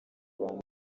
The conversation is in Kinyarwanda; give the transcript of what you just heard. abantu